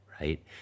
right